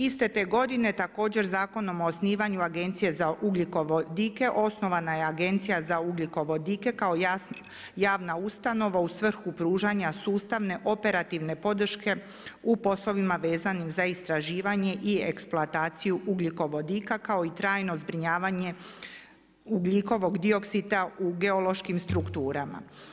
Iste te godine također Zakonom o osnivanju Agencije za ugljikovodike osnovana je Agencija za ugljikovodike kao javna ustanova u svrhu pružanja sustavne operativne podrške u poslovima vezanim za istraživanje i eksploataciju ugljikovodika kao i trajno zbrinjavanje ugljikovog dioksida u geološkim strukturama.